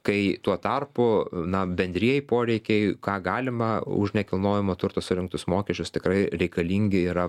kai tuo tarpu na bendrieji poreikiai ką galima už nekilnojamo turto surinktus mokesčius tikrai reikalingi yra